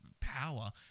power